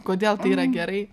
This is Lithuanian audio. kodėl tai yra gerai